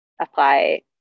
apply